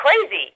crazy